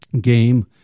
game